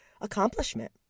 accomplishment